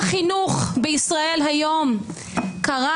לא האמנתי שיהיה ראש ממשלה שיעדיף להיות פוליטיקאי קטן